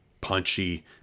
punchy